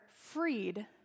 freed